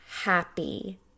happy